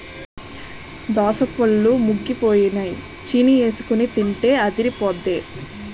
దోసపళ్ళు ముగ్గిపోయినై చీనీఎసికొని తింటే అదిరిపొద్దే